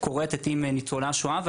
כורתת עם ניצולי השואה דרך החברות,